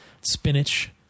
spinach